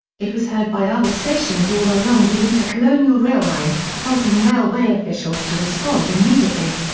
it was heard by other stations all along the intercolonial railway, helping railway officials to respond immediately.